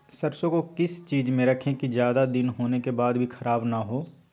सरसो को किस चीज में रखे की ज्यादा दिन होने के बाद भी ख़राब ना हो?